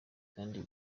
kandi